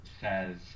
says